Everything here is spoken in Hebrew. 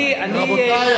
רבותי,